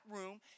room